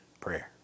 prayer